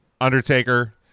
Undertaker